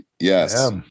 yes